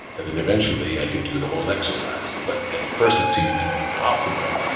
and then, eventually, i could do the whole exercise. but at first, it seemed impossible,